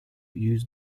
used